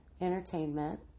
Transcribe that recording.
entertainment